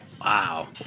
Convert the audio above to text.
Wow